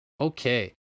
Okay